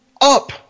up